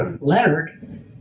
Leonard